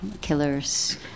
Killers